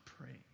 praying